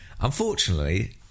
Unfortunately